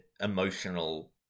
emotional